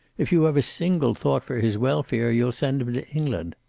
if you have a single thought for his welfare you'll send him to england.